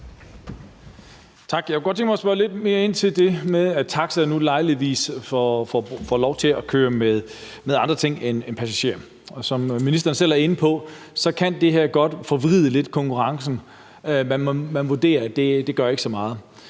Tak. Jeg kunne godt tænke mig at spørge lidt mere ind til det med, at taxaer nu lejlighedsvis får lov til at køre med andre ting end passagerer, og som ministeren selv er inde på, kan det her godt forvride konkurrencen lidt. Men man vurderer, at det ikke gør så meget.